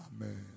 Amen